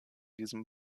diesem